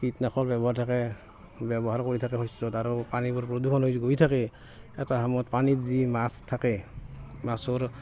কীটনাশক ব্যৱহাৰ থাকে ব্যৱহাৰ কৰি থাকে শস্যত আৰু পানীবোৰ প্ৰদূষণ হৈ গৈ থাকে এটা সময়ত পানীত যি মাছ থাকে মাছৰ